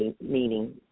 meaning